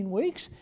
weeks